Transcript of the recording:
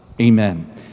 Amen